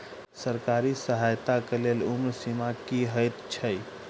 सरकारी सहायता केँ लेल उम्र सीमा की हएत छई?